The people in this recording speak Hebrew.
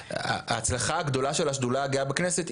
ההצלחה הגדולה של השדולה הגאה בכנסת,